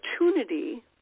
opportunity